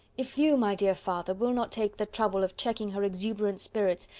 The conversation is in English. if you, my dear father, will not take the trouble of checking her exuberant spirits,